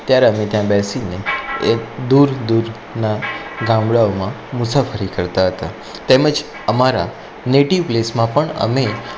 ત્યારે અમે ત્યાં બેસીને એ દૂર દૂરના વ ગામડાઓમાં મુસાફરી કરતા હતા તેમ જ અમારા નેટિવ પ્લેસમાં પણ અમે